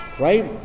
right